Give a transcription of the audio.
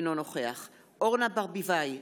אינו נוכח אורנה ברביבאי,